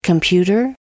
Computer